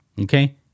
Okay